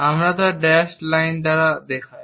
আমরা তা dashed line দ্বারা দেখাই